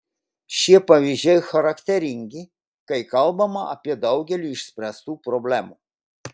šie pavyzdžiai charakteringi kai kalbama apie daugelį išspręstų problemų